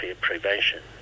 prevention